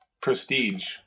Prestige